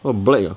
oh black ah